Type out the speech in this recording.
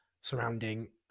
surrounding